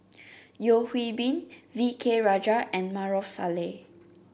Yeo Hwee Bin V K Rajah and Maarof Salleh